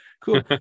cool